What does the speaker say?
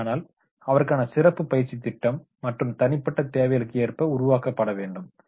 அப்படியானால் அவருக்கான சிறப்பு பயிற்சி திட்டம் மற்றும் தனிப்பட்ட தேவைகளுக்கு ஏற்ப உருவாக்கபட வேண்டும்